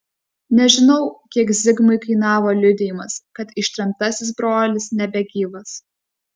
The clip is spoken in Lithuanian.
nežinau kiek zigmui kainavo liudijimas kad ištremtasis brolis nebegyvas